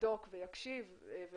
יבדוק ויקשיב להם.